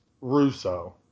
Russo